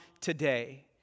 today